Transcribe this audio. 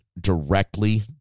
directly